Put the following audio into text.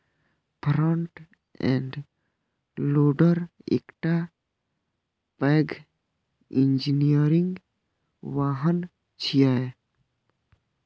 front end loader एकटा पैघ engineering वाहन छियै